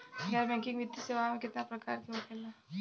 गैर बैंकिंग वित्तीय सेवाओं केतना प्रकार के होला?